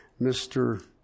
Mr